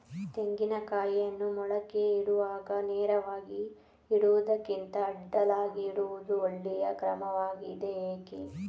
ತೆಂಗಿನ ಕಾಯಿಯನ್ನು ಮೊಳಕೆಗೆ ಇಡುವಾಗ ನೇರವಾಗಿ ಇಡುವುದಕ್ಕಿಂತ ಅಡ್ಡಲಾಗಿ ಇಡುವುದು ಒಳ್ಳೆಯ ಕ್ರಮವಾಗಿದೆ ಏಕೆ?